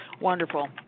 Wonderful